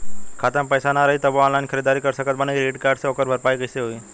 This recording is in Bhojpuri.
खाता में पैसा ना रही तबों ऑनलाइन ख़रीदारी कर सकत बानी क्रेडिट कार्ड से ओकर भरपाई कइसे होई?